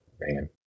man